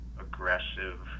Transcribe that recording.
aggressive